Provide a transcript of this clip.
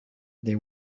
they